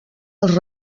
els